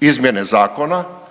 izmjene zakona,